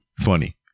funny